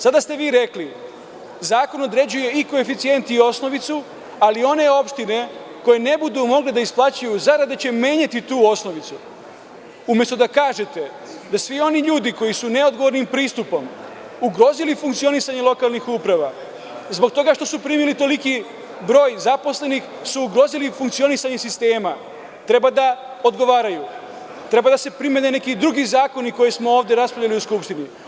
Sada ste vi rekli, zakon određuje koeficijent i osnovicu, ali one opštine koje ne budu mogle da isplaćuju zarade će menjati tu osnovicu, umesto da kažete da svi oni ljudi koji su neodgovornim pristupom ugrozili funkcionisanje lokalnih uprava, zbog toga što su primili ogroman broj zaposlenih su ugrozili funkcionisanje sistema, treba da odgovaraju, treba da se primene neki drugi zakoni o kojima smo ovde raspravljali u Skupštini.